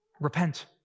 Repent